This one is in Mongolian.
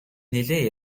нэлээд